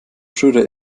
schröder